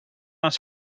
ens